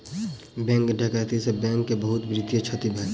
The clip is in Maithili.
बैंक डकैती से बैंक के बहुत वित्तीय क्षति भेल